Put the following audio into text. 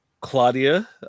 Claudia